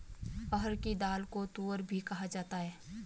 अरहर की दाल को तूअर भी कहा जाता है